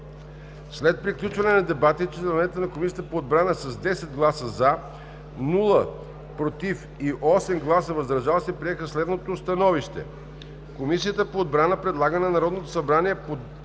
След приключване на дебатите членовете на Комисията по отбрана с 10 гласа „за“, без „против“ и 8 гласа „въздържали се“ приеха следното становище: Комисията по отбрана предлага на Народното събрание да